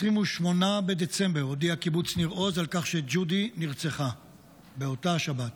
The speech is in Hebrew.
ב-28 בדצמבר הודיע קיבוץ ניר עוז שג'ודי נרצחה באותה שבת.